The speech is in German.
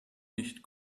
nicht